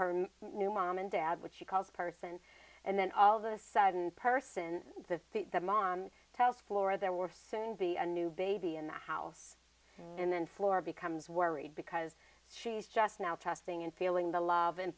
her new mom and dad what she calls person and then all of a sudden person the mom tells floor there were soon be a new baby in the house and then floor becomes worried because she's just now testing and feeling the love and